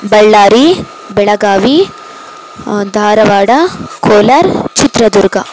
Ballari Belagavi Dharwad Kolar Chitradurga